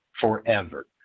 forever